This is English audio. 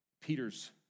Peter's